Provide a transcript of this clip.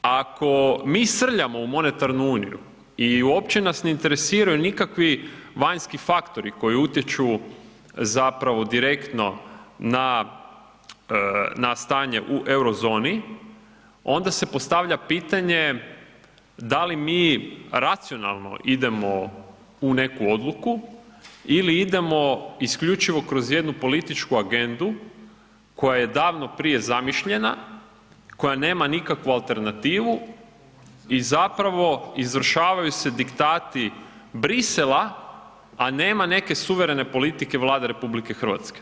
Ako mi srljamo u monetarnu uniju i uopće nas ne interesiraju nikakvi vanjski faktori koji utječu direktno na stanje u eurozoni, onda se postavlja pitanje, da li mi racionalno idemo u neku odluku ili idemo isključivo kroz jednu političku agendu koja je davno prije zamišljena, koja nema nikakvu alternativu i izvršavaju se diktati Bruxellesa, a nema neke suverene politike Vlade RH.